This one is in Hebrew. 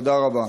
תודה רבה.